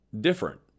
different